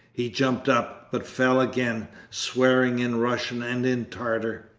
he jumped up, but fell again, swearing in russian and in tartar.